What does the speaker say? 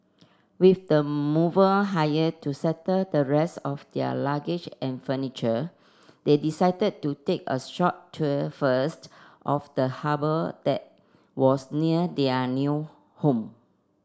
with the mover hired to settle the rest of their luggage and furniture they decided to take a short tour first of the harbour that was near their new home